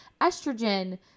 estrogen